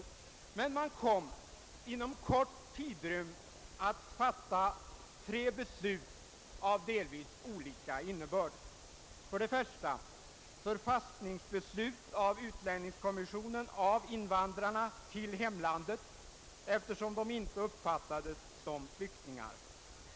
För nämnda två egyptier fattades emellertid med korta intervaller tre beslut av delvis olika innebörd. För det första beslöt utlänningskommissionen om förpassning av invandrarna till hemlandet, eftersom de inte kunde betraktas som flyktingar.